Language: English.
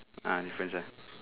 uh difference ah